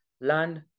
land